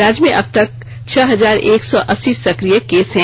राज्य में अब छह हजार एक सौ अस्सी सक्रिय केस हैं